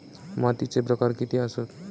मातीचे प्रकार किती आसत?